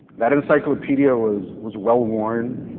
that encyclopedia was was well-worn.